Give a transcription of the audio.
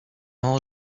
all